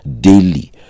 daily